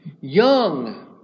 young